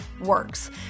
works